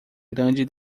grande